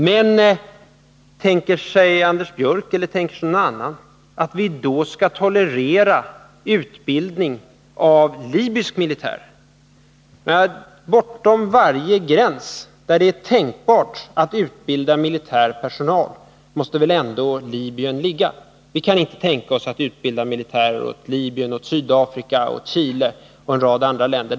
Men tänker sig Anders Björck, eller någon annan, att vi då skall tolerera utbildning av libysk militär? Bortom varje gräns, där det är tänkbart att utbilda militär personal, måste väl ändå Libyen ligga? Vi kan inte tänka oss att utbilda militärer åt Libyen, Sydafrika, Chile och en rad andra länder.